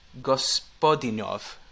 Gospodinov